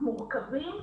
מורכבים,